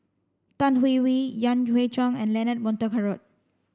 Tan Hwee Hwee Yan Hui Chang and Leonard Montague Harrod